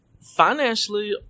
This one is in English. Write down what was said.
financially